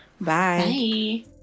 Bye